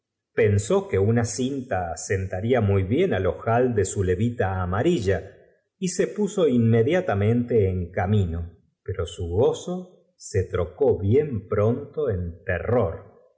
pensó que una cinta senta rla muy bien al ojal de su levita amal'illa y ee puso inme diata ment e en camino pero su gozo se trocó hien pron to en teinstr